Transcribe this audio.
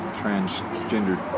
transgender